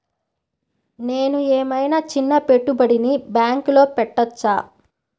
నేను ఏమయినా చిన్న పెట్టుబడిని బ్యాంక్లో పెట్టచ్చా?